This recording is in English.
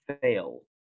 Fail